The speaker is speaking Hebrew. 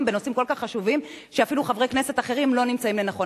בנושאים כל כך חשובים ואפילו חברי כנסת אחרים לא מוצאים לנכון,